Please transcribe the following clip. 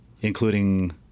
including